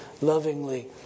lovingly